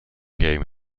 games